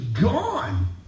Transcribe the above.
gone